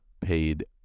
paid